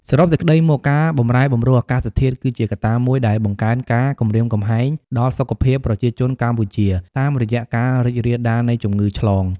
សរុបសេចក្តីមក ការបម្រែបម្រួលអាកាសធាតុគឺជាកត្តាមួយដែលបង្កើនការគំរាមកំហែងដល់សុខភាពប្រជាជនកម្ពុជាតាមរយៈការរីករាលដាលនៃជំងឺឆ្លង។